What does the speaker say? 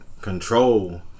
control